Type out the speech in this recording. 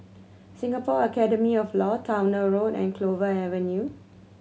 Singapore Academy of Law Towner Road and Clover Avenue